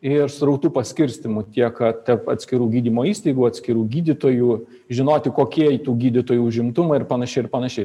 ir srautų paskirstymu tiek kad tarp atskirų gydymo įstaigų atskirų gydytojų žinoti kokie tų gydytojų užimtumai ir panašiai ir panašiai